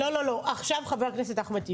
עכשיו חבר הכנסת אחמד טיבי.